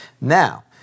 Now